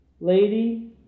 lady